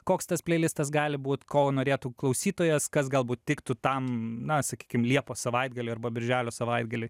koks tas pleilistas gali būt ko norėtų klausytojas kas galbūt tiktų tam na sakykim liepos savaitgaliui arba birželio savaitgaliui